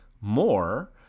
more